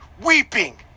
weeping